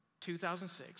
2006